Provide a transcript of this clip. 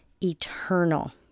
eternal